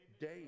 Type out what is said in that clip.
days